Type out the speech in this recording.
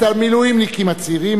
את המילואימניקים הצעירים,